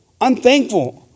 unthankful